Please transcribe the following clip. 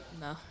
No